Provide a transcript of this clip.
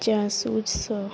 ଚାକ୍ଷୁଶ